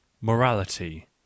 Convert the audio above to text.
morality